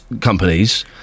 companies